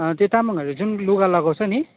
त्यो तामाङहरूले जुन लुगा लगाउँछ नि